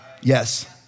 Yes